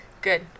good